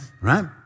Right